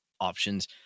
options